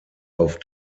auf